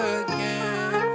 again